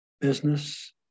Business